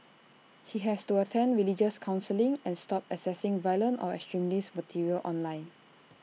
he has to attend religious counselling and stop accessing violent or extremist material online